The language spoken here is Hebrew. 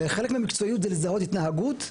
וחלק מהמקצועיות הוא לזהות התנהגות,